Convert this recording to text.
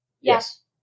Yes